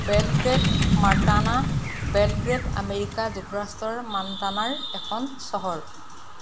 Belgrade Montana Belgrade America যুক্তৰাষ্ট্ৰৰ মণ্টানাৰ এখন চহৰ